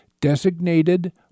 Designated